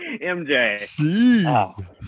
MJ